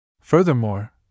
Furthermore